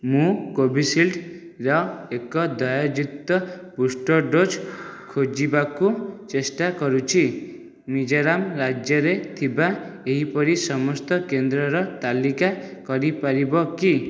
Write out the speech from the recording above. ମୁଁ କୋଭିଶିଲ୍ଡ୍ର ଏକ ଦେୟଯୁକ୍ତ ବୁଷ୍ଟର୍ ଡୋଜ୍ ଖୋଜିବାକୁ ଚେଷ୍ଟା କରୁଛି ମିଜୋରାମ୍ ରାଜ୍ୟରେ ଥିବା ଏହିପରି ସମସ୍ତ କେନ୍ଦ୍ରର ତାଲିକା କରିପାରିବ କି